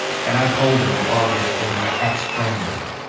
and i told her that august was my ex-friend now.